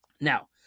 Now